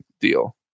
deal